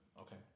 Okay